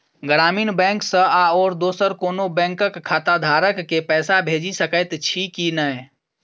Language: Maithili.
ग्रामीण बैंक सँ आओर दोसर कोनो बैंकक खाताधारक केँ पैसा भेजि सकैत छी की नै?